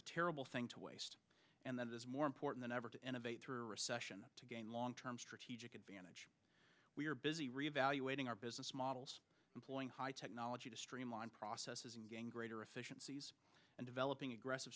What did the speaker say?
a terrible thing to waste and that is more important than ever to innovate through a recession to gain long term strategic advantage we are busy reevaluating our business models employing high technology to streamline processes and gain greater efficiencies and developing aggressive